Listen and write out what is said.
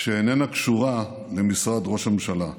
שאיננה קשורה למשרד ראש הממשלה.